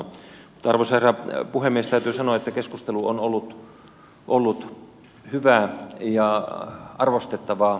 arvoisa herra puhemies täytyy sanoa että keskustelu on ollut hyvää ja arvostettavaa